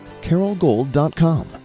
carolgold.com